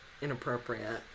inappropriate